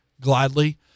gladly